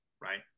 right